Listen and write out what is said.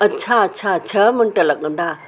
अच्छा अच्छा छह मिंट लॻंदा